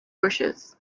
bushes